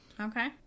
Okay